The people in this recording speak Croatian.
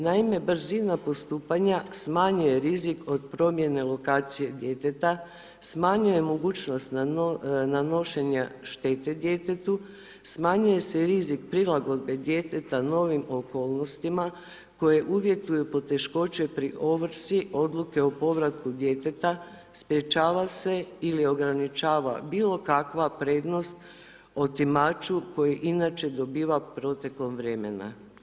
Naime, brzina postupanja smanjuje rizik od promjene lokacije djeteta, smanjuje mogućnost nanošenja štete djetetu, smanjuje se i rizik prilagodbe djeteta novim okolnosti koje uvjetuju poteškoće pri ovrsi odluke o povratku djeteta, sprječava se ili ograničava bilokakva prednost otimaču koji inače dobiva protekom vremena.